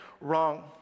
wrong